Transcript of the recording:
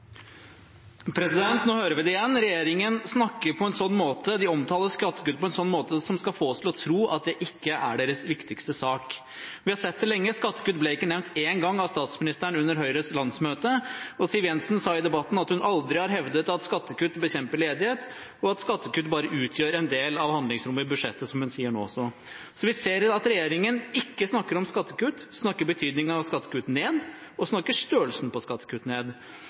igjen: Regjeringen omtaler skattekutt på en sånn måte at det skal få oss til å tro at det ikke er deres viktigste sak. Vi har sett det lenge. Skattekutt ble ikke nevnt én gang av statsministeren under Høyres landsmøte, og Siv Jensen har sagt i debatten at hun aldri har hevdet at skattekutt bekjemper ledighet, og at skattekutt bare utgjør en del av handlingsrommet i budsjettet, som hun sier nå også. Vi ser at regjeringen ikke snakker om skattekutt, snakker betydningen av skattekutt ned og snakker størrelsen på skattekutt ned.